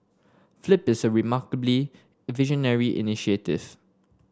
flip is a remarkably visionary initiative